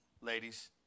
Ladies